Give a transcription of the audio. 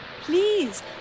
Please